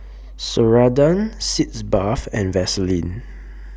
Ceradan Sitz Bath and Vaselin